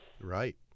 Right